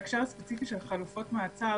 בהקשר הספציפי של חלופות מעצר,